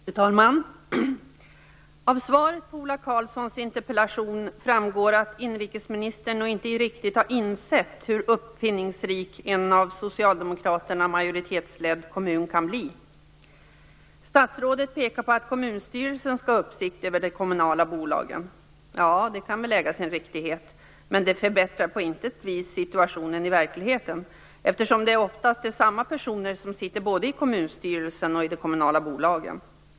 Fru talman! Av svaret på Ola Karlssons interpellation framgår att inrikesministern nog inte riktigt har insett hur uppfinningsrik en av socialdemokraterna majoritetsledd kommun kan bli. Statsrådet pekar på att kommunstyrelsen skall ha uppsikt över de kommunala bolagen. Det kan väl äga sin riktighet, men det förbättrar på intet vis situationen i verkligheten eftersom det oftast är samma personer som sitter både i kommunstyrelsen och i de kommunala bolagen.